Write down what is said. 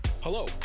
Hello